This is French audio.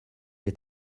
est